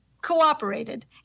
cooperated